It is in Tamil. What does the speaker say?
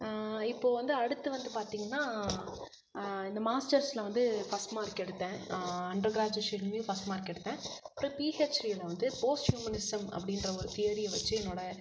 இப்போ வந்து அடுத்து வந்து பார்த்திங்கனா இந்த மாஸ்டர்ஸில் வந்து ஃபர்ஸ்ட் மார்க் எடுத்தேன் அண்டர் க்ராஜுவேஷன்லையும் ஃபர்ஸ்ட் மார்க் எடுத்தேன் அப்புறம் பிஹெச்டியில வந்து போஸ்ட் ஹுமனிசம் அப்படின்ற ஒரு ஃபீல்டியும் வச்சி என்னோட